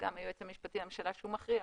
וגם היועץ המשפטי לממשלה שהוא מכריע,